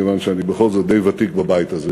כיוון שאני בכל זאת די ותיק בבית הזה,